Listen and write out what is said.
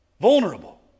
Vulnerable